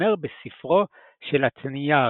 השתמר בספרו של אתנאיוס.